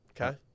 Okay